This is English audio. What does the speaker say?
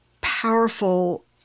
powerful